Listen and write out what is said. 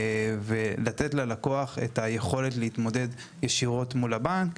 ולתת ללקוח את היכולת להתמודד ישירות מול הבנק.